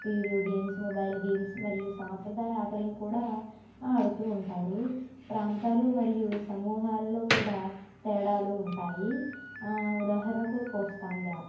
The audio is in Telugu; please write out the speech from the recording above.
వీడియో గేమ్స్ మొబైల్ గేమ్స్ మరియు సాంప్రదాయ ఆటలను కూడా ఆడుతు ఉంటారు ప్రాంతాలు మరియు సమూహాలలో కూడా తేడాలు ఉంటాయి ఉదాహరణకు కోస్తాంధ్రా